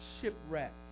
shipwrecked